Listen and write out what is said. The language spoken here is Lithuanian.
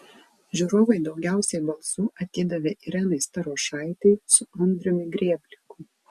žiūrovai daugiausiai balsų atidavė irenai starošaitei su andriumi grėbliku